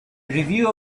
review